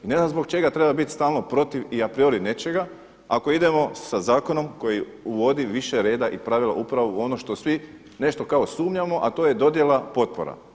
I na znam zbog čega treba biti stalno protiv i a priori nečega ako idemo sa zakonom koji uvodi više reda i pravila upravo u ono što svi nešto kao sumnjamo a to je dodjela potpora.